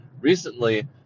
Recently